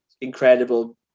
incredible